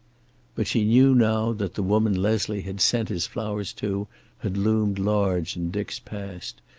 but she knew now that the woman leslie had sent his flowers to had loomed large in dick's past,